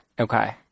Okay